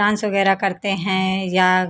dance वगैरह करते हैं या